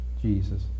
Jesus